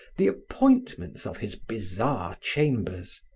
the appointments of his bizarre chambers.